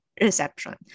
reception